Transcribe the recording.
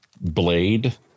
Blade